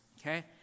okay